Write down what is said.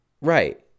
right